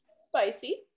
spicy